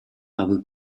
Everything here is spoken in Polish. aby